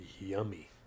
yummy